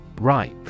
Ripe